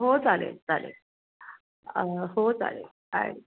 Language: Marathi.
हो चालेल चालेल हो चालेल आहे